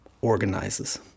organizes